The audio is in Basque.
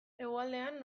hegoaldean